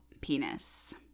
penis